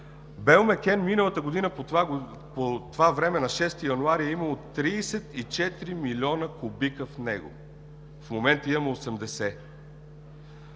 „Белмекен“ миналата година по това време – на 6 януари, е имало 34 милиона кубика. В момента имаме 80,